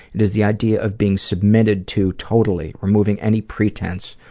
it is the idea of being submitted to totally, removing any pretense,